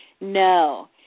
No